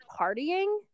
partying